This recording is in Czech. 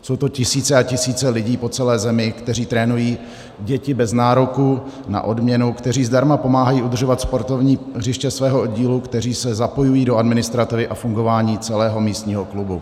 Jsou to tisíce a tisíce lidí po celé zemi, kteří trénují děti bez nároku na odměnu, kteří zdarma pomáhají udržovat sportovní hřiště svého oddílu, kteří se zapojují do administrativy a fungování celého místního klubu.